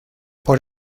por